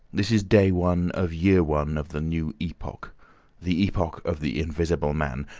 this is day one of year one of the new epoch the epoch of the invisible man.